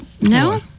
No